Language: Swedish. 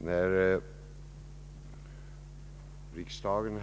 Herr talman! När riksdagen